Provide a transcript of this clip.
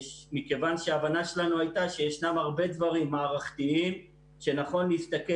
ההבנה שלנו הייתה שישנם הרבה דברים מערכתיים שנכון להסתכל